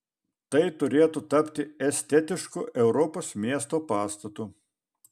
tai turėtų tapti estetišku europos miesto pastatu